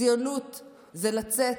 ציונות זה לצאת,